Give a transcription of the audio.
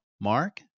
Mark